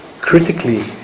critically